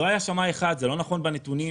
לא היה שמאי אחד, זה לא נכון בנתונים.